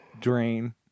drain